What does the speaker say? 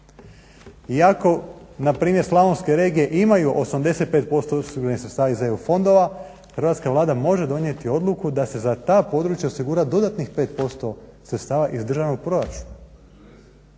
I ako npr. Slavonske regije imaju 85% osiguranih sredstava iz EU fondova, Hrvatska vlada može donijeti odluku da se za ta područja osigura dodatnih 5% sredstava iz državnog proračuna,